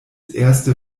erste